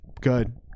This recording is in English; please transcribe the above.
good